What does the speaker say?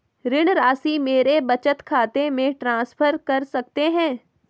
ऋण राशि मेरे बचत खाते में ट्रांसफर कर सकते हैं?